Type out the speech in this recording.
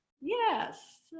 yes